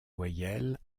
voyelles